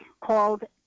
called